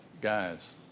guys